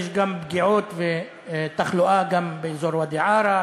יש גם פגיעות ותחלואה גם באזור ואדי-עארה,